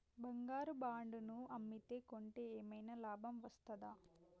బంగారు బాండు ను అమ్మితే కొంటే ఏమైనా లాభం వస్తదా?